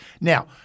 Now